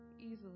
easily